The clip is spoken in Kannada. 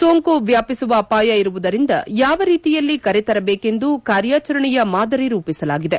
ಸೋಂಕು ವ್ಯಾಪಿಸುವ ಅಪಾಯ ಇರುವುದರಿಂದ ಯಾವ ರೀತಿಯಲ್ಲಿ ಕರೆ ತರಬೇಕೆಂದು ಕಾರ್ಯಾಚರಣೆಯ ಮಾದರಿ ರೂಪಿಸಲಾಗಿದೆ